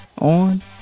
on